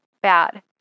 bad